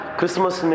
Christmas